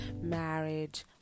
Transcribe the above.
marriage